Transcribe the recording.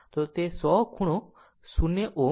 આમ તે 100 ખૂણો 0 Ω 73